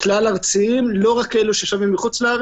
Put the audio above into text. כלל ארציים לא רק כאלה ששבים מחו"ל,